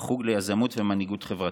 בחוג ליזמות ומנהיגות חברתית.